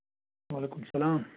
وعلیکُم السلام